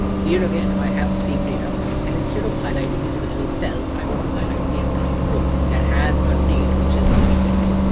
here again, i have the same data and instead of highlighting individual cells, i want to highlight the entire row that has a date which is a weekend day.